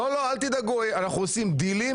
לא, אל תדאגו, אנחנו עושים דילים.